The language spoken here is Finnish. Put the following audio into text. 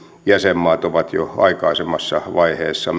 jäsenmaat ovat jo aikaisemmassa vaiheessa